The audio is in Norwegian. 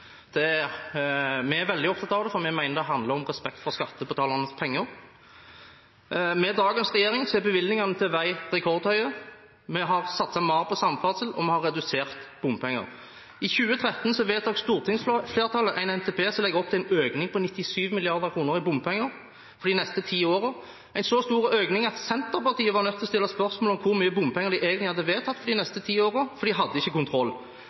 av bompenger. Vi er veldig opptatt av det, for vi mener det handler om respekt for skattebetalernes penger. Med dagens regjering er bevilgningene til vei rekordhøye. Vi har satset mer på samferdsel, og vi har redusert bompenger. I 2013 vedtok stortingsflertallet en NTP som legger opp til en økning på 97 mrd. kr i bompenger for de neste ti årene – en så stor økning at Senterpartiet var nødt til å stille spørsmål om hvor mye bompenger de egentlig hadde vedtatt for de neste ti årene, for de hadde ikke kontroll.